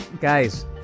Guys